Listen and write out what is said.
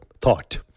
thought